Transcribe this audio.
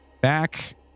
back